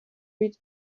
read